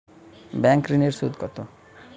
Bank ঋন এর সুদ কত?